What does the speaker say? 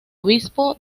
obispo